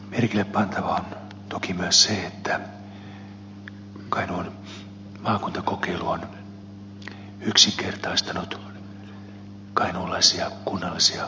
merkille pantavaa on toki myös se että kainuun maakuntakokeilu on yksinkertaistanut kainuulaisia kunnallisia hallintorakenteita